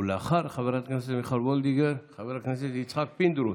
לאחר חברת הכנסת וולדיגר, חבר הכנסת יצחק פינדרוס.